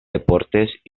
deportes